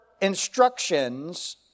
instructions